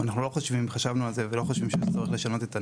אנחנו לא חושבים שצריך לשנות את הנוסח.